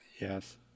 yes